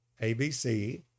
ABC